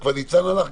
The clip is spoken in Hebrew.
כבר ניצן הלך.